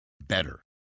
Better